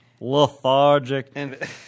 Lethargic